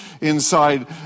inside